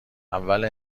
اول